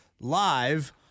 live